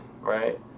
Right